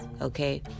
Okay